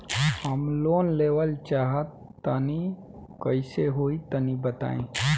हम लोन लेवल चाहऽ तनि कइसे होई तनि बताई?